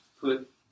put